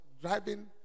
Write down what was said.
driving